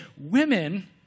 women